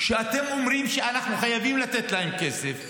שאתם אומרים שאנחנו חייבים לתת להם כסף,